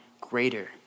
greater